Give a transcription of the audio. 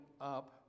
up